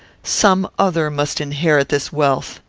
some other must inherit this wealth.